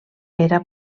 era